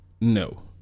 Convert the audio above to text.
No